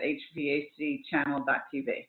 HVACChannel.tv